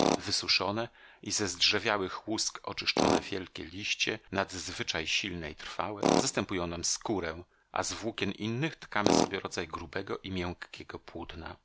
wysuszone i ze zdrzewiałych łusk oczyszczone wielkie liście nadzwyczaj silne i trwałe zastępują nam skórę a z włókien innych tkamy sobie rodzaj grubego i miękkiego płótna